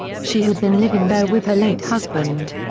she had been living there with her late husband.